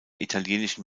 italienischen